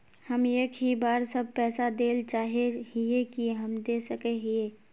हम एक ही बार सब पैसा देल चाहे हिये की हम दे सके हीये?